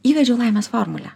įvedžiau laimės formulę